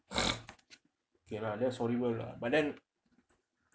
okay lah that's horrible lah but then